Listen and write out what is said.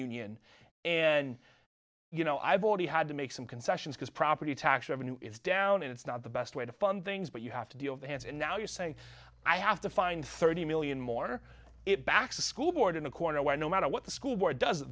union and you know i've already had to make some concessions because property tax revenue is down and it's not the best way to fund things but you have to deal vance and now you say i have to find thirty million more or it backs a school board in a corner where no matter what the school board does